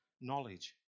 knowledge